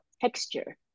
texture